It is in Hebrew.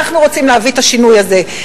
אנחנו רוצים להביא את השינוי הזה.